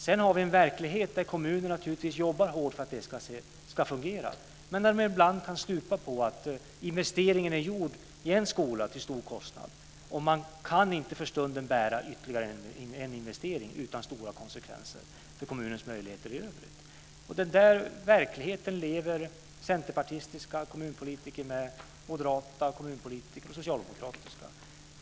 Sedan har vi en verklighet där kommunerna naturligtvis jobbar hårt för att det ska fungera men där det ibland kan stupa på att investeringen är gjord i en skola till stor kostnad och att man för stunden inte kan bära ytterligare en investering utan stora konsekvenser för kommunens möjligheter i övrigt. Detta är en verklighet som centerpartistiska, moderata och socialdemokratiska kommunpolitiker lever med.